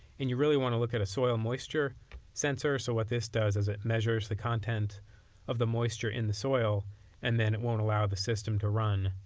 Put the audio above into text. and you really want to look at a soil moisture sensor. so what this does, it measures the content of the moisture in the soil and then it won't allow the system to run,